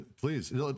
Please